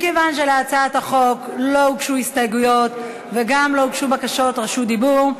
מכיוון שלהצעת החוק לא הוגשו הסתייגויות וגם לא הוגשו בקשות רשות דיבור,